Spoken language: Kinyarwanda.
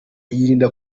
yirinda